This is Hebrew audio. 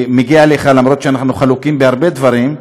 מגיע לך, אפילו שאנחנו חלוקים בהרבה דברים,